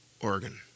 Oregon